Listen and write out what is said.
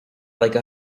like